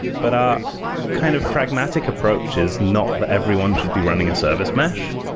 but our kind of pragmatic approach is not that everyone should be running a service mesh.